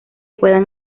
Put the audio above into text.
puedan